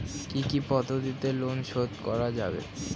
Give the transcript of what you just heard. কি কি পদ্ধতিতে লোন শোধ করা যাবে?